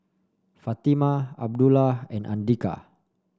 Fatimah Abdullah and Andika